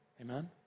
Amen